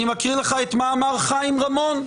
אני מקריא לך מה שאמר חיים רמון,